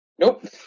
nope